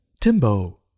Timbo